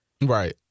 right